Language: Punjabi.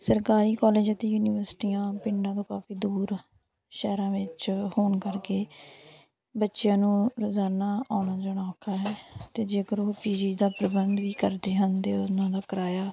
ਸਰਕਾਰੀ ਕਾਲਜ ਅਤੇ ਯੂਨੀਵਰਸਿਟੀਆਂ ਪਿੰਡਾਂ ਤੋਂ ਕਾਫੀ ਦੂਰ ਸ਼ਹਿਰਾਂ ਵਿੱਚ ਹੋਣ ਕਰਕੇ ਬੱਚਿਆਂ ਨੂੰ ਰੋਜ਼ਾਨਾ ਆਉਣਾ ਜਾਣਾ ਔਖਾ ਹੈ ਅਤੇ ਜੇਕਰ ਉਹ ਪੀ ਜੀ ਦਾ ਪ੍ਰਬੰਧ ਵੀ ਕਰਦੇ ਹਨ ਅਤੇ ਉਹਨਾਂ ਦਾ ਕਿਰਾਇਆ